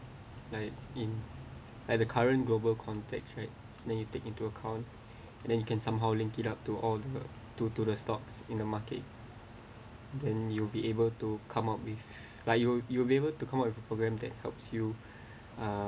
like in at the current global context right then you take into account and then you can somehow link it up to all the to to the stocks in the market and you'll be able to come up with like you you will be able to come up with a program that helps you uh